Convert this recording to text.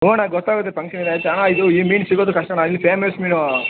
ಹ್ಞೂ ಅಣ್ಣ ಗೊತ್ತಾಗುತ್ತೆ ಫಂಕ್ಷನ್ನಿದೆ ಅಂತ ಇದು ಈ ಮೀನು ಸಿಗೋದು ಕಷ್ಟ ಅಣ್ಣ ಇದು ಪೇಮಸ್ ಮೀನು